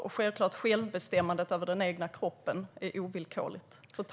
Och självklart är självbestämmandet över den egna kroppen ovillkorligt.